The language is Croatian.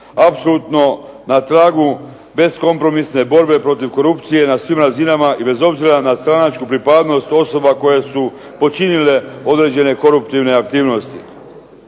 apsolutno na tragu beskompromisne borbe protiv korupcije na svim razinama i bez obzira na stranačku pripadnost osoba koje su počinile određene koruptivne aktivnosti.